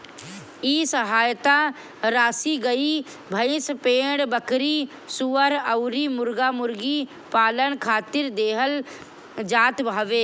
इ सहायता राशी गाई, भईस, भेड़, बकरी, सूअर अउरी मुर्गा मुर्गी पालन खातिर देहल जात हवे